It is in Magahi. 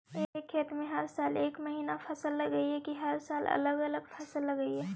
एक खेत में हर साल एक महिना फसल लगगियै कि हर साल अलग अलग फसल लगियै?